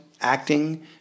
acting